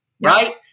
right